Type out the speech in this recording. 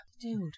Dude